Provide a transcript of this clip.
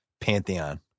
pantheon